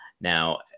Now